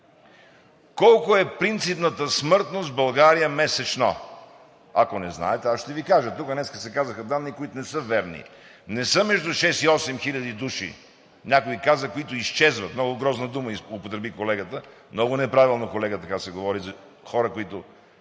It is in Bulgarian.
колко е принципната смъртност в България месечно? Ако не знаете, аз ще Ви кажа. Тук днес се изнесоха данни, които не са верни: не са между 6 и 8 хиляди души, някой каза „които изчезват“ – много грозна дума употреби колегата, много неправилно, колега, така се говори за хора, които